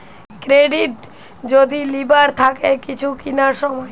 credit যদি লিবার থাকে কিছু কিনার সময়